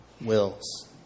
wills